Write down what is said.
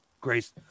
Grace